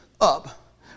up